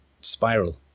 spiral